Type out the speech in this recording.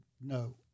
No